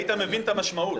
היית מבין את המשמעות.